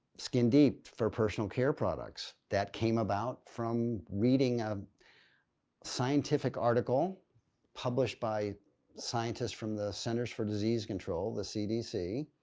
skin deep for personal care products that came about from reading a scientific article published by scientists from the centers for disease control the cdc,